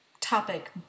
topic